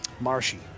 Marshy